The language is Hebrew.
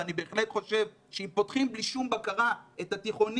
ואני בהחלט חושב שאם פותחים בלי שום בקרה את התיכונים